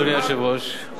אדוני היושב-ראש,